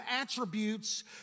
attributes